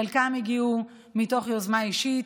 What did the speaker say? חלקם הגיעו מתוך יוזמה אישית,